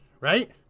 Right